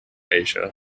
asia